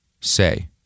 say